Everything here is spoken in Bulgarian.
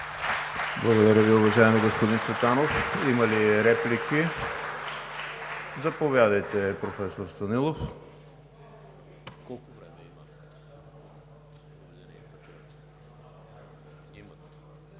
Благодаря Ви, уважаеми господин Цветанов. Има ли реплики? Заповядайте, професор Станилов.